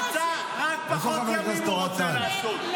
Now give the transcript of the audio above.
-- רק פחות ימים הוא רוצה לעשות.